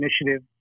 initiative